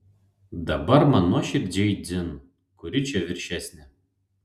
dabar man nuoširdžiai dzin kuri čia viršesnė